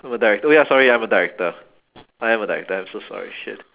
I'm a direc~ oh ya sorry I'm a director I am a director I'm so sorry shit